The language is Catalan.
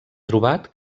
trobat